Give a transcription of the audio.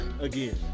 again